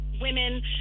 women